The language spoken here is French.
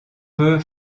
peu